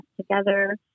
together